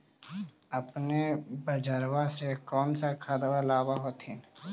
अपने बजरबा से कौन सा खदबा लाब होत्थिन?